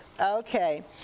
Okay